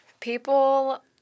People